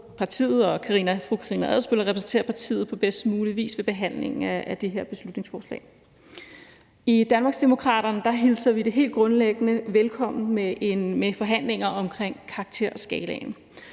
og fru Karina Adsbøl at repræsentere partiet på bedst mulig vis ved behandlingen af det her beslutningsforslag. I Danmarksdemokraterne hilser vi det helt grundlæggende velkommen med forhandlinger omkring karakterskalaen,